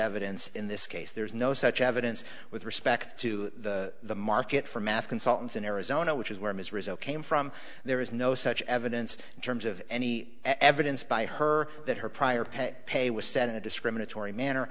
evidence in this case there is no such evidence with respect to the market for math consultants in arizona which is where ms rizzo came from there is no such evidence in terms of any evidence by her that her prior pay pay was set in a discriminatory manner